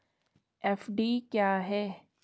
FD क्या है?